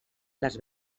les